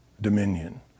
dominion